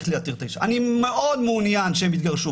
אני מאוד מעוניין שהם יתגרשו.